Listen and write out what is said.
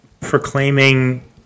proclaiming